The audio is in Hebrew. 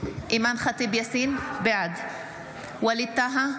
בעד ווליד טאהא,